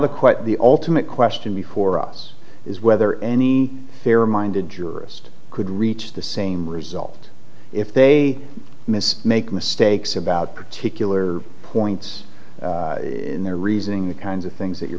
quote the ultimate question before us is whether any fair minded jurist could reach the same result if they miss make mistakes about particular points in their reasoning the kinds of things that you're